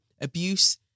Abuse